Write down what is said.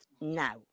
now